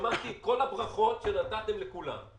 שמעתי את כל הברכות שנתתם לכולם.